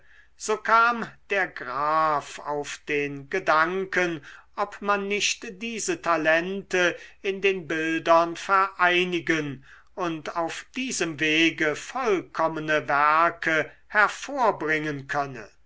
so kam der graf auf den gedanken ob man nicht diese talente in den bildern vereinigen und auf diesem wege vollkommene werke hervorbringen könne